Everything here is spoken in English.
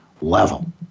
level